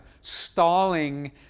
stalling